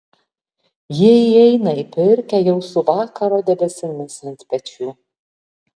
jie įeina į pirkią jau su vakaro debesimis ant pečių